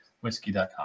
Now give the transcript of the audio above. whiskey.com